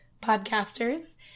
podcasters